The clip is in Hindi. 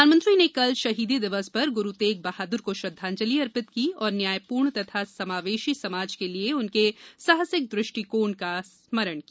प्रधानमंत्री ने कल शहीदी दिवस पर गुरु तेग बहादुर को श्रद्वाजंलि अर्पित की और न्यायपूर्ण तथा समावेशी समाज के लिए उनके साहसिक दृष्टिकोण का स्मरण किया